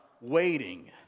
waiting